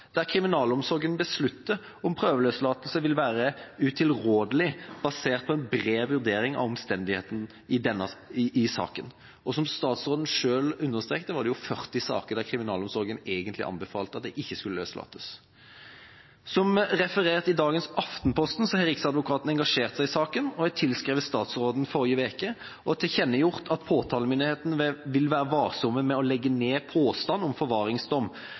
der kriminalomsorgen beslutter om prøveløslatelse vil være utilrådelig basert på en bred vurdering av omstendighetene i saken. Og som statsråden selv understreket, var det jo 40 saker der kriminalomsorgen egentlig anbefalte at det ikke skulle løslates. Som referert i dagens Aftenposten har Riksadvokaten engasjert seg i saken, tilskrev statsråden forrige uke og har tilkjennegjort at påtalemyndigheten vil være varsom med å legge ned påstand om forvaringsdom,